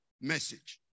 message